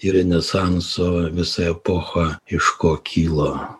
ir renesanso visa epocha iš ko kilo